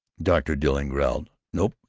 dr. dilling growled, nope.